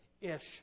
ish